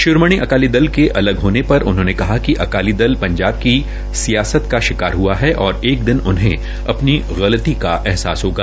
शिरोमणि अकाली दल के अलग होने पर उन्होंने कहा कि अकाली दल पंजाब की सियासत का शिकार हआ है और एक दिन उन्हे अपनी गलती का एहसास होगा